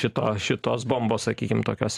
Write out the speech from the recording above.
šito šitos bombos sakykim tokios